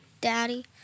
Daddy